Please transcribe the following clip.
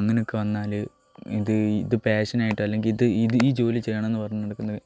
അങ്ങനെയൊക്കെ വന്നാൽ ഇത് ഇത് പാഷൻ ആയിട്ട് അല്ലെങ്കിൽ ഇത് ഇത് ഈ ജോലി ചെയ്യണമെന്ന് പറഞ്ഞു നടക്കുന്ന